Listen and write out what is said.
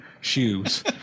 shoes